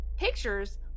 pictures